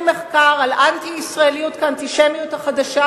מחקר על אנטי-ישראליות כאנטישמיות החדשה,